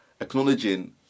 Acknowledging